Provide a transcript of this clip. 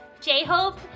J-Hope